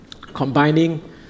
combining